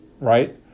right